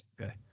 Okay